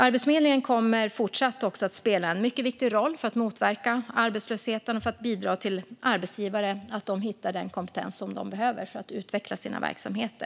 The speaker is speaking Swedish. Arbetsförmedlingen kommer också fortsatt att spela en mycket viktig roll för att motverka arbetslösheten och för att arbetsgivarna ska hitta den kompetens som de behöver för att utveckla sina verksamheter.